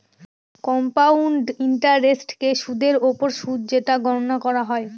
compound ইন্টারেস্টকে সুদের ওপর সুদ যেটা গণনা করা হয়